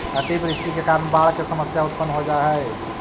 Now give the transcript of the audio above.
अतिवृष्टि के कारण बाढ़ के समस्या उत्पन्न हो जा हई